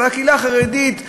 אבל הקהילה החרדית נמצאת,